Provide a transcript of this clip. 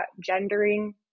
gendering